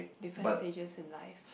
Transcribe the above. different stages in life